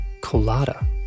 colada